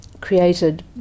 created